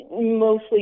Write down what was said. mostly